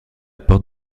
porte